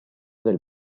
del